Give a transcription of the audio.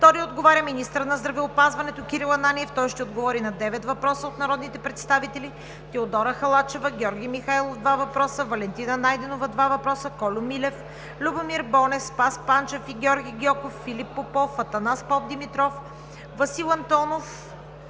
Втори отговаря министърът на здравеопазването Кирил Ананиев. Той ще отговори на девет въпроса от народните представители: Теодора Халачева; Георги Михайлов (два въпроса); Валентина Найденова (два въпроса); Кольо Милев; Любомир Бонев; Спас Панчев; и Георги Гьоков, Филип Попов, Анастас Попдимитров, Васил Антонов,